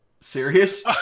Serious